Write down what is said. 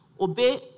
Obey